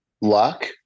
luck